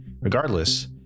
Regardless